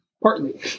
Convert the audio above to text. Partly